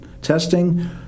testing